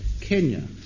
Kenya